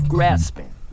Grasping